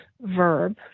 verb